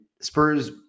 Spurs